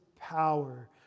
power